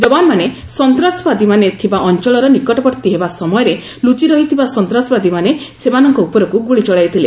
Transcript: ଯବାନମାନେ ସନ୍ତାସବାଦୀମାନେ ଥିବା ଅଞ୍ଚଳର ନିକଟବର୍ତ୍ତୀ ହେବା ସମୟରେ ଲୁଚିରହିଥିବା ସନ୍ତ୍ରାସବାଦୀମାନେ ସେମାନଙ୍କ ଉପରକୁ ଗୁଳି ଚଳାଇଥିଲେ